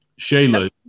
Shayla